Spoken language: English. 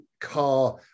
car